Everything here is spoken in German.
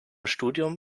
studium